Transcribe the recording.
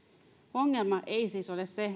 ongelma ei siis ole se